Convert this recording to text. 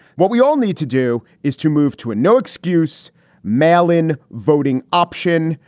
what we all need to do is to move to a no excuse mail in voting option.